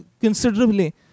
considerably